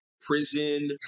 prison